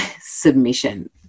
submission